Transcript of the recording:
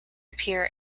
appear